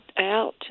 out